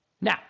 Now